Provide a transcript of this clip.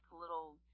little